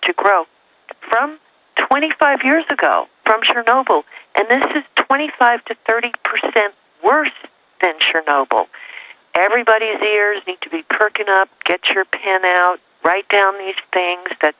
to grow from twenty five years ago from chernobyl and this is twenty five to thirty percent worse than chernobyl everybody's ears need to be perking up get your pen out write down these things that